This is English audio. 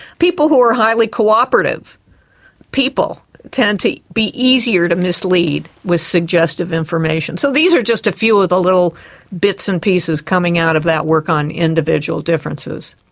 people who are highly cooperative people tended to be easier to mislead with suggestive information. so these are just a few of the little bits and pieces coming out of that work on individual differences.